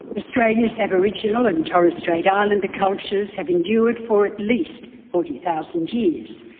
australia's aboriginal and torres strait islander cultures have endured for at least forty thousand years.